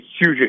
huge